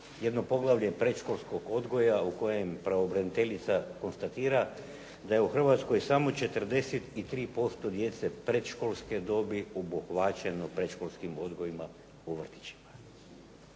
jedno poglavlje predškolskog odgoja u kojem pravobraniteljica konstatira da je u Hrvatskoj samo 43% djece predškolske dobi obuhvaćeno predškolskim odgojem u vrtićima.